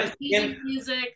music